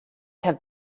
have